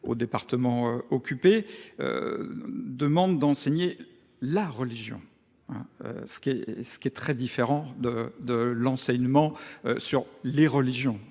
au département occupé, demande d'enseigner la religion. Ce qui est très différent de l'enseignement sur les religions,